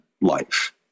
life